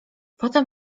potem